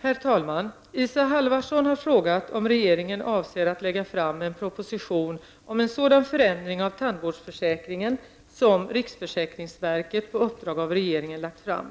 Herr talman! Isa Halvarsson har frågat om regeringen avser att lägga fram en proposition om en sådan förändring av tandvårdsförsäkringen som riksförsäkringsverket på uppdrag av regeringen lagt fram.